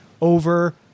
over